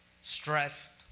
Stress